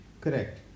Correct